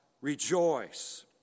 rejoice